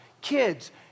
kids